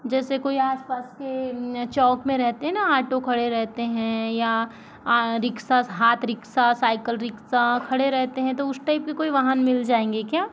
जैसे कोई आस पास के चौक में रहते न ऑटो खड़े रहते हैं या रिक्शा हाथ रिक्शा साईकल रिक्शा खड़े रहते हैं तो उस टाइप के कोई वाहन मिल जाएंगे क्या